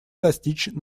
достичь